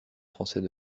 français